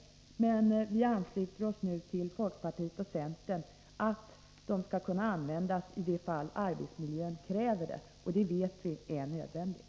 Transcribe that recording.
Men vi ansluter oss nu till folkpartiet och centern och anser att UR skall kunna göra sådana investeringar som är motiverade av arbetsmiljöhänsyn. Vi vet ju att det är nödvändigt.